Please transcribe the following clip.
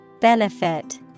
Benefit